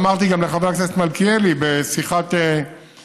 ואמרתי גם לחבר הכנסת מלכיאלי בשיחת רקע,